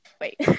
wait